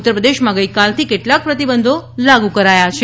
ઉત્તર પ્રદેશમાં ગઇકાલથી કેટલાક પ્રતિબંધો લાગુ કરાયા છે